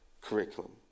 curriculum